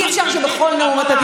אי-אפשר שבכל נאום אתה,